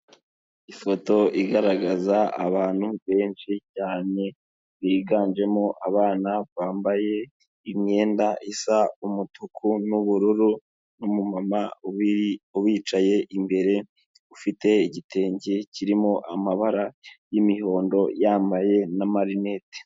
Ifoto igaragaza abantu benshi cyane, biganjemo abana bambaye imyenda isa umutuku n'ubururu n'umumama ubicaye imbere ufite igitenge kirimo amabara y'imihondo, yambaye n'amarinete.